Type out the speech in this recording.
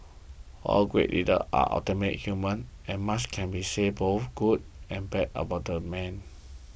all great leaders are ultimately human and much can be said both good and bad about the man